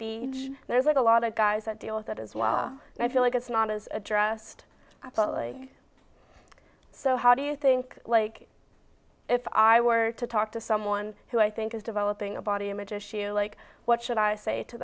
the there's like a lot of guys that deal with that as well and i feel like it's not as addressed i thought league so how do you think like if i were to talk to someone who i think is developing a body image issue like what should i say to